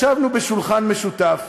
ישבנו ליד שולחן משותף.